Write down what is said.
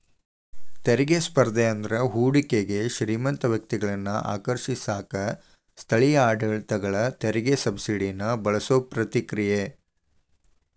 ತೆರಿಗೆ ಸ್ಪರ್ಧೆ ಅಂದ್ರ ಹೂಡಿಕೆಗೆ ಶ್ರೇಮಂತ ವ್ಯಕ್ತಿಗಳನ್ನ ಆಕರ್ಷಿಸಕ ಸ್ಥಳೇಯ ಆಡಳಿತಗಳ ತೆರಿಗೆ ಸಬ್ಸಿಡಿನ ಬಳಸೋ ಪ್ರತಿಕ್ರಿಯೆ